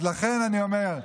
לכן אני אומר,